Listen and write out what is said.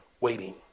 waiting